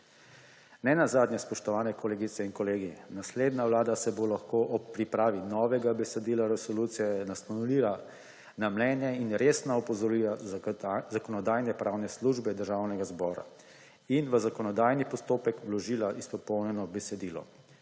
Nenazadnje, spoštovane kolegice in kolegi, naslednja vlada se bo lahko ob pripravi novega besedila resolucije naslonila na mnenja in resna opozorila Zakonodajno-pravne službe Državnega zbora in v zakonodajni postopek vložila izpopolnjeno besedilo